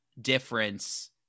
difference